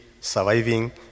surviving